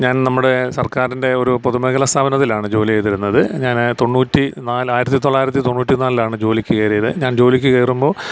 ഞാൻ നമ്മുടെ സർക്കാരിൻ്റെ ഒരു പൊതുമേഖല സ്ഥാപനത്തിലാണ് ജോലി ചെയ്തിരുന്നത് ഞാൻ തോന്നൂറ്റിനാല് ആയിരത്തിത്തൊള്ളായിരത്തി തോന്നൂറ്റിനാലിലാണ് ജോലിക്ക് കയറിയത് ഞാൻ ജോലിക്ക് കയറുമ്പോൾ